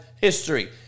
history